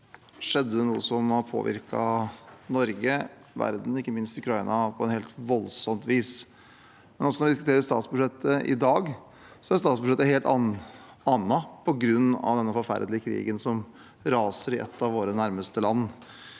skjedde det noe som har påvirket Norge og verden, ikke minst Ukraina, på helt voldsomt vis. Nå som vi diskuterer statsbudsjettet i dag, er statsbudsjettet et helt annet på grunn av denne forferdelige krigen som raser i ett av våre nærmeste land.